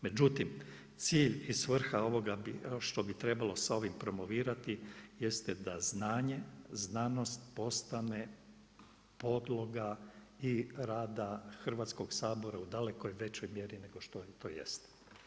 Međutim, cilj i svrha ovoga bi, što bi trebalo sa ovim promovirati jeste da znanje, znanost postane podloga i rada Hrvatskog sabora u daleko većoj mjeri nego što ona to jest.